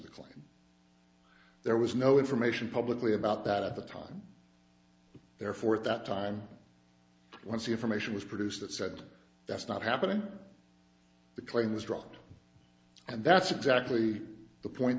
the client there was no information publicly about that at the time therefore at that time once the information was produced it said that's not happening the claim was dropped and that's exactly the point